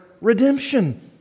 redemption